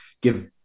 give